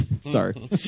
Sorry